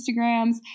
Instagrams